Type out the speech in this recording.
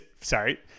sorry